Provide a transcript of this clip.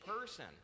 person